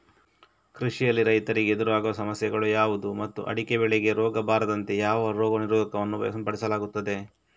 ಕೃಷಿಯಲ್ಲಿ ರೈತರಿಗೆ ಎದುರಾಗುವ ಸಮಸ್ಯೆಗಳು ಯಾವುದು ಮತ್ತು ಅಡಿಕೆ ಬೆಳೆಗೆ ರೋಗ ಬಾರದಂತೆ ಯಾವ ರೋಗ ನಿರೋಧಕ ವನ್ನು ಸಿಂಪಡಿಸಲಾಗುತ್ತದೆ?